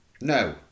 No